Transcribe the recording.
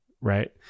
right